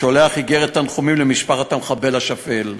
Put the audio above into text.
שולח איגרת תנחומים למשפחת המחבל השפל,